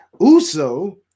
Uso